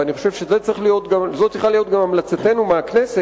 ואני חושב שזו גם צריכה להיות המלצתנו מהכנסת,